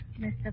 Mr